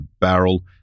barrel